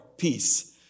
Peace